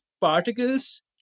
particles